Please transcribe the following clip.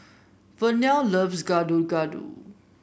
Vernell loves Gado Gado